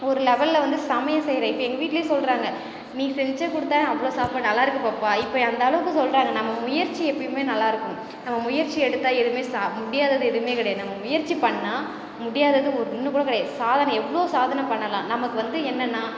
ஒரு லெவலில் வந்து சமையல் செய்கிறேன் இப்போ எங்கள் வீட்லே சொல்கிறாங்க நீ செஞ்சு கொடுத்த அவ்வளோ சாப்பாடு நல்லா இருக்குது பாப்பா இப்போ அந்தளவுக்கு சொல்கிறாங்க நம்ம முயற்சி எப்போயுமே நல்லா இருக்கணும் நம்ம முயற்சி எடுத்தால் எதுவுமே சா முடியாதது எதுவுமே கிடையாது நம்ம முயற்சி பண்ணால் முடியாதது ஒன்று கூட கிடையாது சாதனை எவ்வளோ சாதனை பண்ணலாம் நமக்கு வந்து என்னென்னா